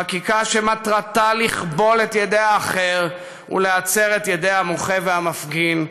חקיקה שמטרתה לכבול את ידי האחר ולהצר את ידי המוחה והמפגין.